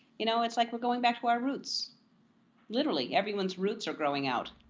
you know it's like we're going back to our roots literally. everyone's roots are growing out.